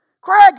Craig